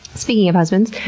speaking of husbands,